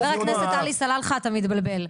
חבר הכנסת עלי סלאלחה אתה מתבלבל,